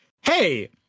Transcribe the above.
Hey